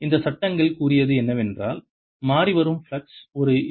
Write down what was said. இந்த சட்டங்கள் கூறியது என்னவென்றால் மாறிவரும் பிளக்ஸ் ஒரு ஈ